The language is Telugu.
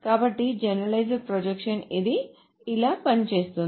కాబట్టి జనరలైజ్డ్ ప్రొజెక్షన్ ఇది ఇలా పనిచేస్తుంది